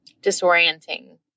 disorienting